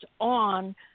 on